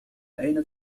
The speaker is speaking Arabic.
أين